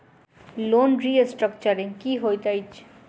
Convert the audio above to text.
Loan restructuring की होइत अछि?